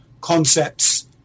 concepts